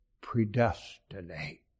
predestinate